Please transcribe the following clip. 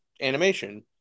animation